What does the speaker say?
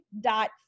dot